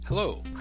Hello